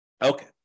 Okay